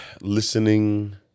listening